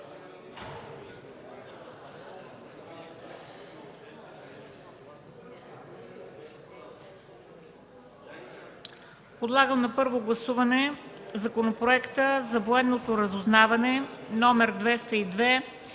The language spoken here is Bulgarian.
Подлагам на първо гласуване Законопроекта за военното разузнаване, №